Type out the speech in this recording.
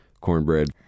cornbread